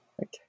Okay